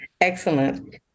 Excellent